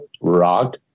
Rock